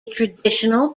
traditional